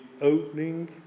opening